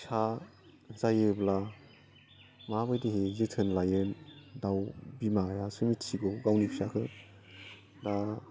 फिसा जायोब्ला माबायदिहै जोथोन लायो दाउ बिमायासो मिथिगौ गावनि फिसाखौ